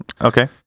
Okay